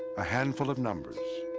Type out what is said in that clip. a handful of numbers.